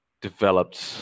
developed